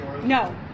No